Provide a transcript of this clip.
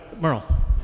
Merle